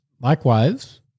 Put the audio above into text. likewise